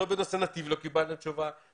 בנושא נתיב לא קיבלנו תשובה,